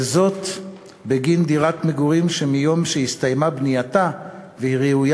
וזאת בגין דירת מגורים שמיום שהסתיימה בנייתה והיא ראויה